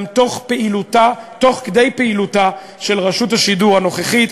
גם תוך כדי פעילותה של רשות השידור הנוכחית,